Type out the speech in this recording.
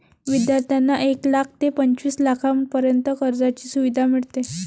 विद्यार्थ्यांना एक लाख ते पंचवीस लाखांपर्यंत कर्जाची सुविधा मिळते